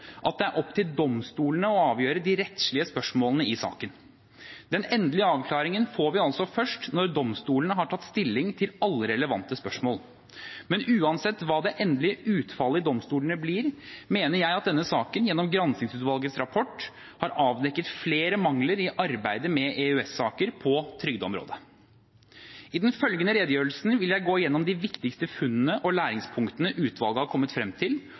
at det er opp til domstolene å avgjøre de rettslige spørsmålene i saken. Den endelige avklaringen får vi altså først når domstolene har tatt stilling til alle relevante spørsmål, men uansett hva det endelige utfallet i domstolene blir, mener jeg at denne saken, gjennom granskingsutvalgets rapport, har avdekket flere mangler i arbeidet med EØS-saker på trygdeområdet. I den følgende redegjørelsen vil jeg gå gjennom de viktigste funnene og læringspunktene utvalget har kommet frem til,